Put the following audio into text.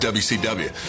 wcw